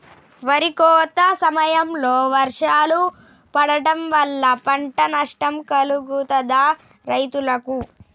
వరి కోత సమయంలో వర్షాలు పడటం వల్ల పంట నష్టం కలుగుతదా రైతులకు?